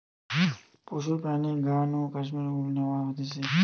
পশুর প্রাণীর গা নু কাশ্মীর উল ন্যাওয়া হতিছে